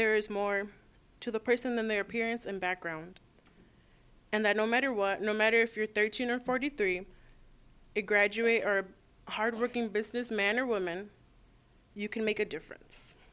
there's more to the person than their appearance and background and that no matter what no matter if you're thirteen or forty three it gradually hardworking businessman or woman you can make a difference